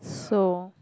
so